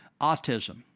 autism